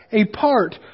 apart